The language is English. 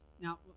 Now